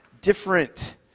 different